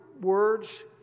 words